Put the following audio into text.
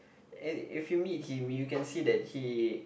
and if you meet him you can see that he